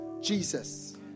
Jesus